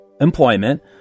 employment